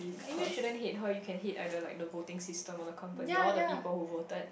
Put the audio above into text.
um maybe you shouldn't hate her you can hate either like the voting system or the company or the people who voted